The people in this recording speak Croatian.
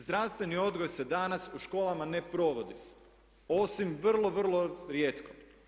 Zdravstveni odgoj se danas u školama ne provodi, osim vrlo, vrlo rijetko.